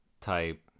type